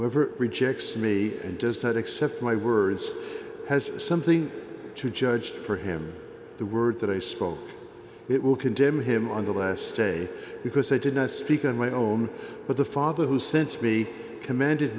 whoever rejects me and does not accept my words has something to judge for him the words that i spoke it will condemn him on the last day because i did not speak on my own but the father who sent me commanded